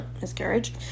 miscarriage